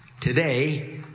today